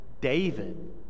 David